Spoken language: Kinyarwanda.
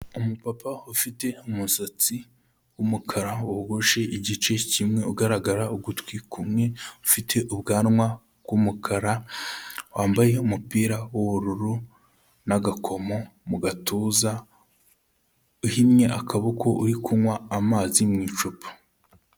Umupapa ufite umusatsi w'umukara wogoshe igice kimwe, ugaragara ugutwi kumwe, ufite ubwanwa bw'umukara, wambaye umupira w'ubururu n'agakomo mu gatuza, uhinnye akaboko, uri kunywa amazi mu icupa.